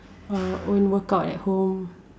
uh own workout at home